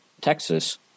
Texas